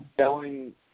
selling